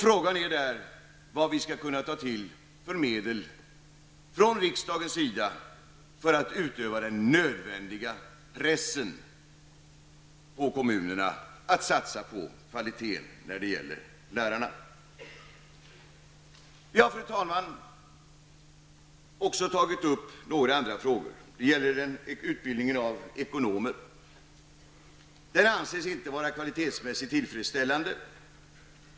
Frågan är då vilka medel vi skall kunna ta till från riksdagens sida för att utöva den nödvändiga pressen på kommunerna att satsa på kvalitet när det gäller lärarna. Vi har, fru talman, också tagit upp några andra frågor. Det gäller utbildningen av ekonomer. Den anses inte vara kvalitetsmässigt tillfredsställande.